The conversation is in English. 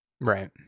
Right